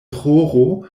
ĥoro